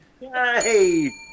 Yay